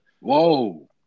Whoa